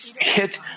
hit